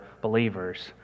believers